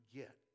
get